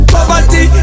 Poverty